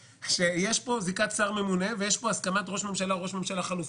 שיש פה זיקת שר ממונה ויש פה הסכמת ראש ממשלה או ראש ממשלה חלופי.